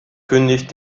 kündigt